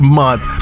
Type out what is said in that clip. month